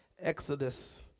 Exodus